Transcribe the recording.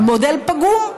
הוא מודל פגום.